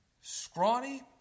scrawny